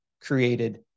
created